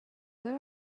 where